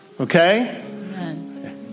Okay